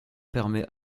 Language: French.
permet